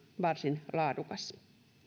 varsin laadukas